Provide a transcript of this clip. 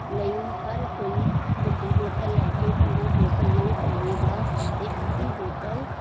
ਲਈ ਹਰ ਕੋਈ ਵੱਡੀ ਬੋਤਲ ਲੈ ਕੇ ਪੂਰੀ ਬੋਤਲ ਨਹੀਂ ਪੀਵੇਗਾ ਅਤੇ ਅੱਧੀ ਬੋਤਲ